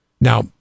Now